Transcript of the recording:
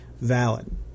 valid